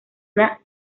una